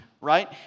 right